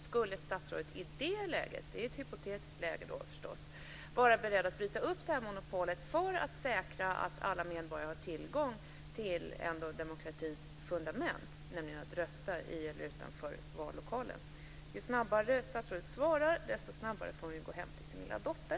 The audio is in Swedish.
Skulle statsrådet i det hypotetiska läget vara beredd att bryta upp monopolet för att säkra att alla medborgare har tillgång till ett av demokratins fundament, nämligen att rösta i eller utanför en vallokal? Ju snabbare statsrådet svarar, desto snabbare får hon gå hem till sin lilla dotter.